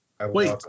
Wait